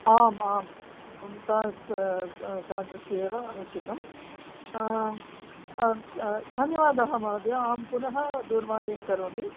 आम् आं भवन्तः तादृशी एव आवश्यकं धन्यवादः महोदय अहं पुनः दूरवाणीं करोमि